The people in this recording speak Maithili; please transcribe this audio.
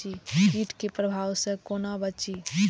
कीट के प्रभाव से कोना बचीं?